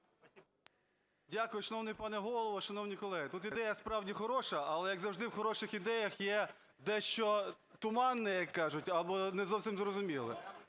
Дякую. Шановний пане Голово, шановні колеги. Тут ідея справді хороша, але, як завжди, в хороших ідеях є дещо туманне, як кажуть, або не зовсім зрозуміле.